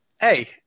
hey